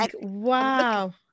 wow